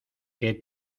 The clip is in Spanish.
que